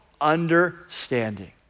understanding